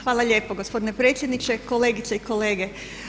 Hvala lijepo gospodine predsjedniče, kolegice i kolege.